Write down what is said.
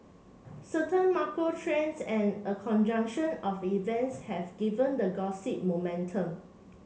certain macro trends and a conjunction of events have given the gossip momentum